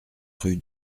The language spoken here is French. rue